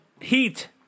Heat